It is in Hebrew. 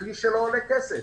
כלי שלא עולה כסף,